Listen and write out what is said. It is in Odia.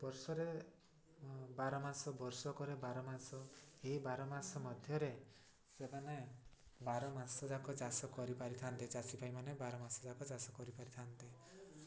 ବର୍ଷରେ ବାର ମାସ ବର୍ଷକରେ ବାର ମାସ ଏହି ବାର ମାସ ମଧ୍ୟରେ ସେମାନେ ବାର ମାସ ଯାକ ଚାଷ କରିପାରିଥାନ୍ତେ ଚାଷୀ ପାଇଁ ବାର ମାସ ଯାକ ଚାଷ କରିପାରିଥାନ୍ତେ